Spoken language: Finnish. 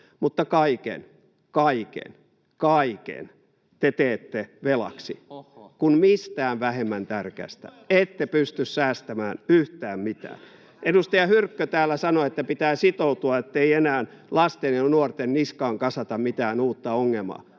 Mutta kaiken — kaiken — kaiken te teette velaksi, [Eduskunnasta: Ohhoh!] kun mistään vähemmän tärkeästä ette pysty säästämään yhtään mitään. Edustaja Hyrkkö täällä sanoi, että pitää sitoutua, ettei enää lasten ja nuorten niskaan kasata mitään uutta ongelmaa.